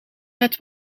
met